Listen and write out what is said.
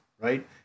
right